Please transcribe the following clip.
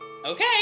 okay